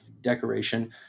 decoration